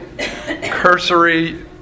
cursory